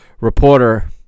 reporter